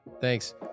Thanks